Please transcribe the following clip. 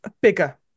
bigger